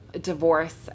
divorce